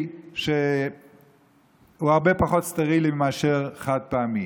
שהוא הרבה פחות סטרילי מאשר חד-פעמי.